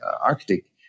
Arctic